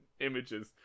images